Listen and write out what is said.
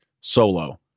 solo